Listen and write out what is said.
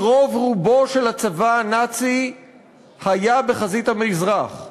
כי רוב-רובו של הצבא הנאצי היה בחזית המזרח.